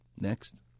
Next